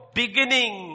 beginning